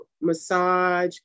massage